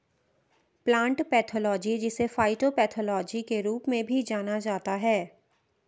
plant pathology जिसे phytopathology के रूप में भी जाना जाता है